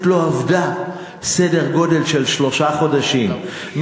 הכנסת לא עבדה כשלושה חודשים,